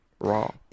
raw